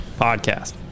podcast